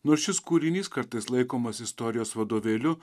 nors šis kūrinys kartais laikomas istorijos vadovėliu